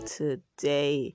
today